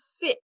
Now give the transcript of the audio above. fit